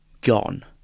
gone